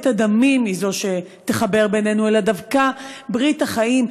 הדמים תחבר בינינו אלא דווקא ברית החיים,